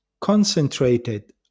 concentrated